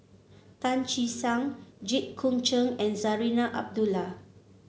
Tan Che Sang Jit Koon Ch'ng and Zarinah Abdullah